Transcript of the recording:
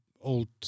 old